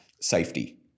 safety